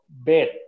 bed